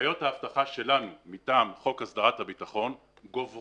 הנחיות האבטחה שלנו מטעם חוק הסדרת הביטחון גוברות